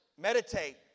Meditate